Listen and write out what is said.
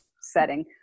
setting